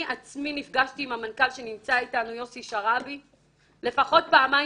אני עצמי נפגשתי עם המנכ"ל יוסי שרעבי שנמצא אתנו לפחות פעמיים,